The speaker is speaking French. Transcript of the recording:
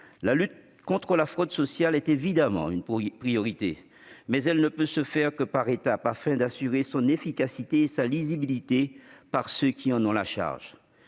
la lutte contre la fraude sociale est évidemment une priorité, mais elle ne peut se faire que par étapes, afin d'assurer son efficacité et sa lisibilité par ceux qui en ont la charge.